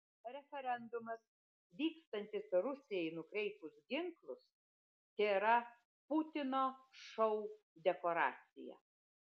referendumas vykstantis rusijai nukreipus ginklus tėra putino šou dekoracija